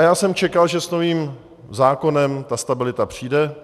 A já jsem čekal, že s novým zákonem ta stabilita přijde.